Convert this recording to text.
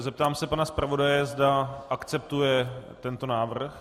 Zeptám se pana zpravodaje, zda akceptuje tento návrh.